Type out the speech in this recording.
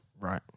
Right